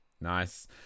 nice